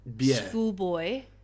schoolboy